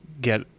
get